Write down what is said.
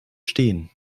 stehen